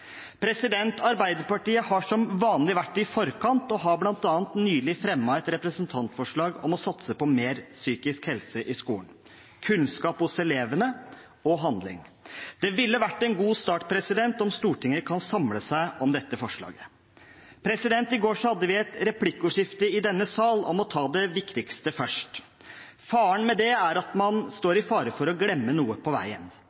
Arbeiderpartiet har som vanlig vært i forkant og har bl.a. nylig fremmet et representantforslag om å satse på mer psykisk helse i skolen, kunnskap hos elevene og handling. Det ville vært en god start om Stortinget kunne samle seg om dette forslaget. I går hadde vi et replikkordskifte i denne sal om å ta det viktigste først. Faren med det er at en står i fare for å glemme noe på veien.